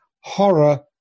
horror